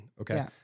Okay